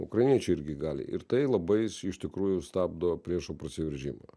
ukrainiečiai irgi gali ir tai labai iš tikrųjų stabdo priešo prasiveržimą